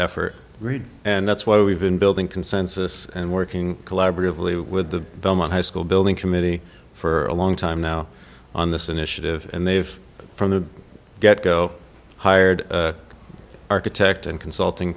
effort and that's why we've been building consensus and working collaboratively with the belmont high school building committee for a long time now on this initiative and they've from the getgo hired architect and consulting